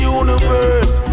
universe